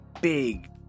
big